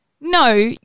no